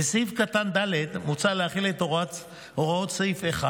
לסעיף קטן (ד) מוצע להחיל את הוראות סעיף 1